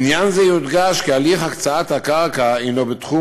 בעניין זה יודגש כי הליך הקצאת הקרקע הנו בתחום